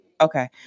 Okay